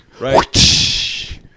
Right